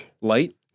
Light